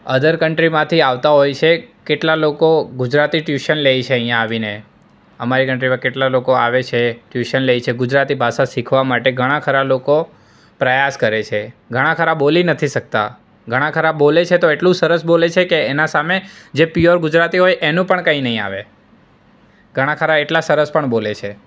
અધર કન્ટ્રીમાંથી આવતા હોય છે કેટલાક લોકો ગુજરાતી ટ્યૂશન લે છે અહીંયાં આવીને આમાં કેટલાક કન્ટ્રીમાંથી લોકો આવે છે ટ્યૂશન લે છે ગુજરાતી ભાષા શીખવા માટે ઘણા ખરા લોકો પ્રયાસ કરે છે ઘણા ખરા બોલી નથી શકતા ઘણા ખરા બોલે છે તો એટલું સરસ બોલે છે કે એના સામને જે પ્યોર ગુજરાતી હોય છે એનું પણ કંઈ નહિ આવે ઘણા ખરા એટલા સરસ પણ બોલે છે